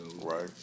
right